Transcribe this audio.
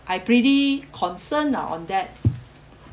I pretty concerned ah on that